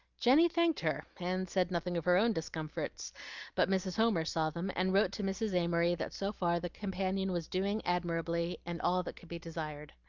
jenny thanked her and said nothing of her own discomforts but mrs. homer saw them, and wrote to mrs. amory that so far the companion was doing admirably and all that could be desired.